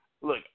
look